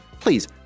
please